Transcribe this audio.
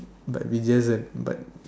but we just have but